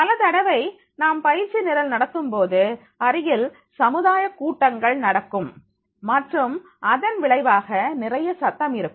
பலதடவை நாம் பயிற்சி நிரல் நடத்தும்போது அருகில் சமுதாய கூட்டங்கள் நடக்கும் மற்றும் அதன் விளைவாக நிறைய சத்தம் இருக்கும்